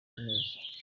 habineza